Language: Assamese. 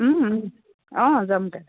অঁ যাম দে